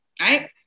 right